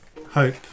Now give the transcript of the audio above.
Hope